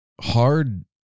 hard